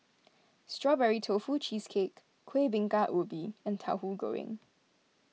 Strawberry Tofu Cheesecake Kueh Bingka Ubi and Tauhu Goreng